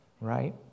Right